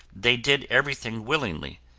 they did everything willingly,